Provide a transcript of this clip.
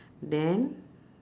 then